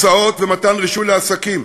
הסעות ומתן רישוי לעסקים,